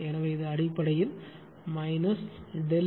எனவே இது அடிப்படையில் ΔFRΔE×KS